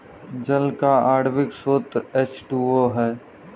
जल का आण्विक सूत्र एच टू ओ है